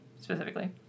specifically